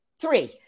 Three